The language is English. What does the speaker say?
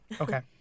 Okay